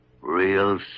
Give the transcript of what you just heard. real